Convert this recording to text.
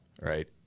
right